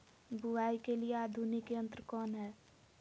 बुवाई के लिए आधुनिक यंत्र कौन हैय?